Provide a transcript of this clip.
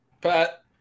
Pat